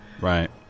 Right